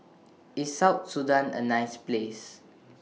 IS South Sudan A nice Place